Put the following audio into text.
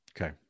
Okay